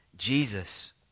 Jesus